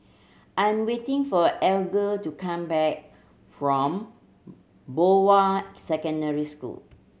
I'm waiting for Alger to come back from Bowen Secondary School